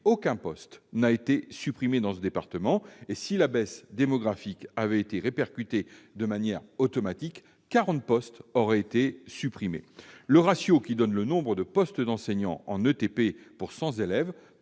aucun poste n'est supprimé dans ce département. Or, si la baisse démographique avait été répercutée de manière automatique, quarante postes auraient été supprimés. Le ratio du nombre de postes d'enseignants en équivalents